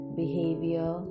behavior